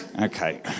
Okay